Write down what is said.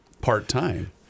Part-time